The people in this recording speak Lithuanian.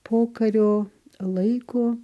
pokario laiko